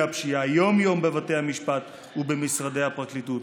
הפשיעה יום-יום בבתי המשפט ובמשרדי הפרקליטות.